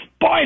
Boy